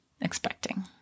expecting